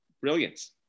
brilliance